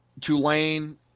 Tulane